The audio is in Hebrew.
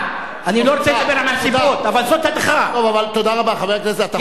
אני לא רוצה לדבר על הנסיבות, אבל זו הדחה.